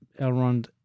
Elrond